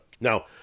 now